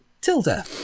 Tilda